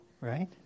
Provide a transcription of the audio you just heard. right